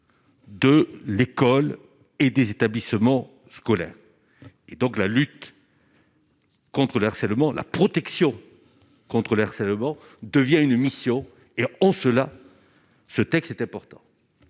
De l'école et des établissements scolaires et donc la lutte. Contre le harcèlement, la protection contre le harcèlement devient une mission et en cela, ce texte est important